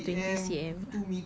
ya I know twenty C_M